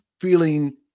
feeling